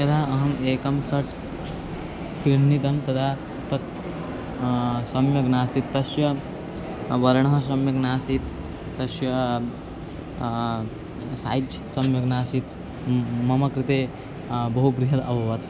यदा अहम् एकं सर्ट् क्रीतं तदा तत् सम्यक् नासीत् तस्य वर्णः सम्यक् नासीत् तस्य सैज् सम्यक् नासीत् मम कृते बहुबृहत् अभवत्